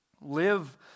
live